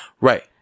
Right